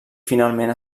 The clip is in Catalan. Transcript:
finalment